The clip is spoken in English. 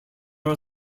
are